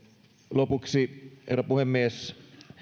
lopuksi herra puhemies